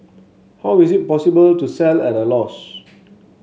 how is it possible to sell at a loss